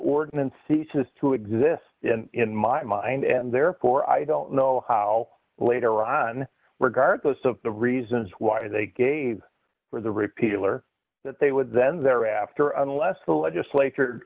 ordinance ceases to exist in my mind and therefore i don't know how later on regardless of the reasons why they gave for the repeal or that they would then thereafter unless the legislature